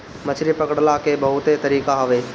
मछरी पकड़ला के बहुते तरीका हवे